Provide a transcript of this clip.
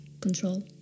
Control